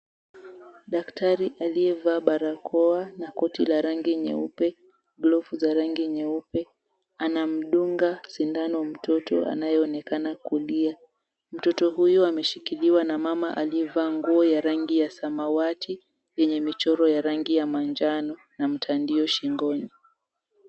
Daktari aliyevaa barakoa na koti la rangi nyeupe, glovu za rangi nyeupe, anamdunga sindano mtoto anayeonekana kulia. Mtoto huyu ameshikiliwa na mama aliyevaa nguo ya rangi ya samawati yenye michoro ya rangi ya manjano na mtandio shingoni.